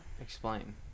explain